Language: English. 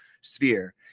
sphere